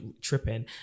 tripping